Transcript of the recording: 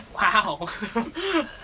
Wow